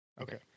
Okay